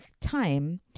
time